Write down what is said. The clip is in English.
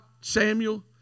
Samuel